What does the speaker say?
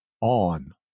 on